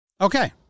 Okay